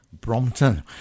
Brompton